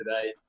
today